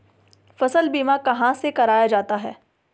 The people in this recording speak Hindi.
फसल बीमा कहाँ से कराया जाता है?